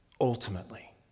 ultimately